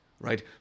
Right